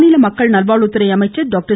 மாநில மக்கள் நல்வாழ்வுத்துறை அமைச்சர் டாக்டர்